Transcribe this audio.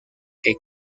que